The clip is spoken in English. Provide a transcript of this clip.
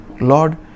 Lord